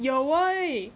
有 woi